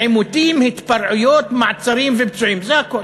עימותים, התפרעויות, מעצרים ופצועים, זה הכול.